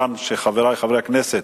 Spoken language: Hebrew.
חברי חברי הכנסת,